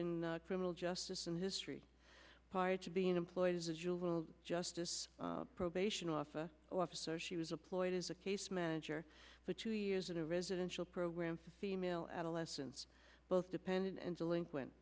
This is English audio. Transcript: in criminal justice and history prior to being employed as a juvenile justice probation officer officer she was a ploy it is a case manager for two years in a residential program for female adolescents both dependent and delinquent